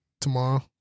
Tomorrow